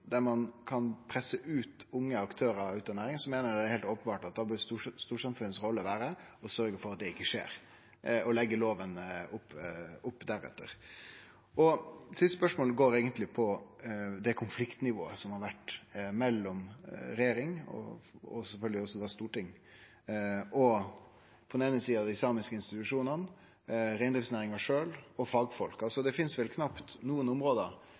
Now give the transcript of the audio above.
der ein kan presse unge aktørar ut av næringa, meiner eg det er heilt openbert at storsamfunnets rolle bør vere å sørgje for at det ikkje skjer, og leggje opp lova deretter. Det siste spørsmålet går eigentleg på det konfliktnivået som har vore mellom regjering og storting på den eine sida, og dei samiske institusjonane, reindriftsnæringa sjølv og fagfolk på den andre sida. Det finst vel knapt noko anna område